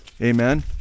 Amen